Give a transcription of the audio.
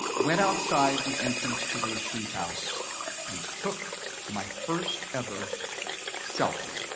went outside the entrance to the retreat house and took my first-ever selfie.